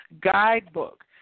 guidebook